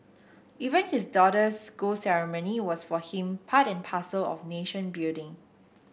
even his daughter's school ceremony was for him part and parcel of nation building